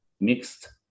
mixed